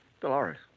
Dolores